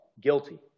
Guilty